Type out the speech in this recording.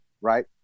right